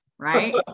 right